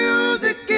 Music